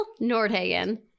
Nordhagen